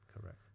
Correct